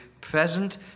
present